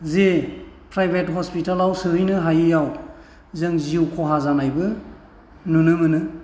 जे प्राइभेट हस्पिटालाव सहैनो हायिआव जों जिउ खहा जानायबो नुनो मोनो